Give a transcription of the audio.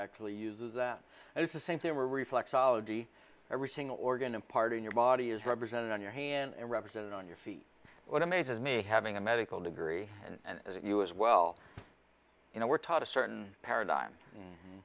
actually uses that and it's the same thing we're reflexology every single organ in part in your body is represented on your hand and represented on your feet what amazes me having a medical degree and as you as well you know we're taught a certain paradigm